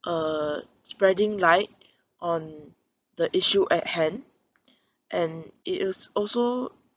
uh spreading light on the issue at hand and it is also